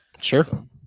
Sure